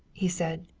he said.